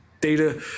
data